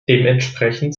dementsprechend